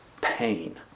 pain